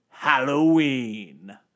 Halloween